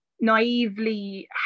naively